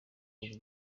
iri